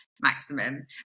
maximum